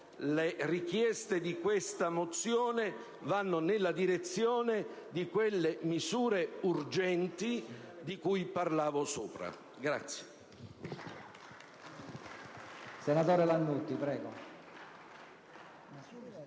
Le richieste di questa mozione vanno proprio nella direzione delle misure urgenti di cui parlavo prima.